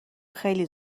خیلی